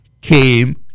came